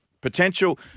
potential